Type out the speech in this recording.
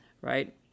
right